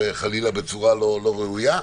וחלילה לא בצורה לא ראויה,